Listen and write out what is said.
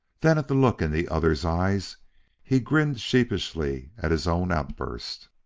then at the look in the other's eyes he grinned sheepishly at his own outburst.